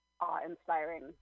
awe-inspiring